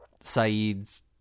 Saeed's